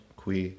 qui